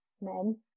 men